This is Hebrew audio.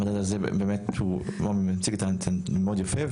המדד הזה באמת הוא מציג את הנתונים מאוד מאוד יפה,